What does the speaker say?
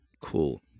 Cool